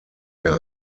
der